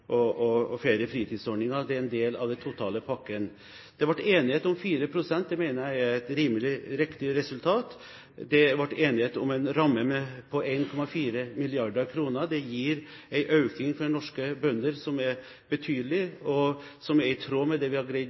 fritidsordninger, som er en del av den totale pakken. Det ble enighet om 4 pst. Det mener jeg er et rimelig riktig resultat. Det ble enighet om en ramme på 1,4 mrd. kr. Det gir en økning for norske bønder som er betydelig, og som er i tråd med det vi har greid